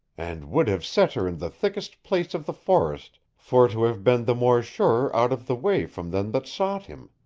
and would have set her in the thickest place of the forest for to have been the more surer out of the way from them that sought him.